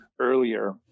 earlier